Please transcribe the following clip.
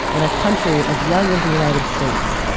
in a country as young as the united states,